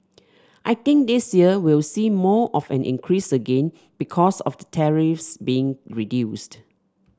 I think this year we'll see more of an increase again because of the tariffs being reduced